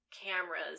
cameras